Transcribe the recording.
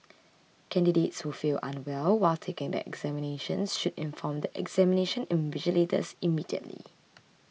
candidates who feel unwell while taking the examinations should inform the examination invigilators immediately